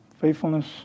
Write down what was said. faithfulness